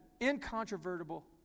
incontrovertible